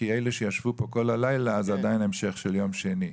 כי אלו שישבו פה כל הלילה אז זה עדיין המשך של יום שני.